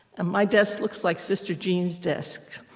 and my desk looks like sister jean's desk.